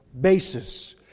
basis